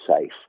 safe